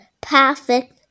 perfect